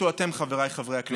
תחליטו אתם, חבריי חברי הכנסת.